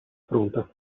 pronta